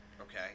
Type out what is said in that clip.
Okay